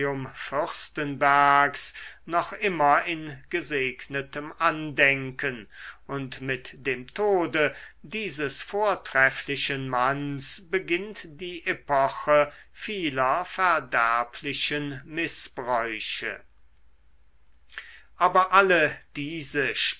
noch immer in gesegnetem andenken und mit dem tode dieses vortrefflichen manns beginnt die epoche vieler verderblichen mißbräuche aber alle diese